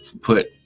put